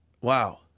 wow